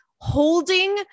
holding